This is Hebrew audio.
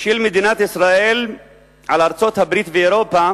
של מדינת ישראל על ארצות-הברית ואירופה